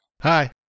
Hi